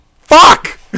fuck